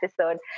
episode